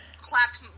clapped